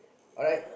alright